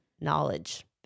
knowledge